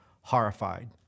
horrified